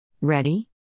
Ready